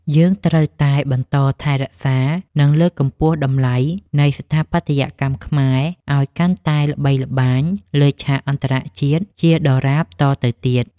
យើងត្រូវតែបន្តថែរក្សា និង លើកកម្ពស់តម្លៃនៃស្ថាបត្យកម្មខ្មែរឱ្យកាន់តែល្បីល្បាញលើឆាកអន្តរជាតិជាដរាបតទៅទៀត។